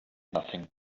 nothing